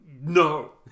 no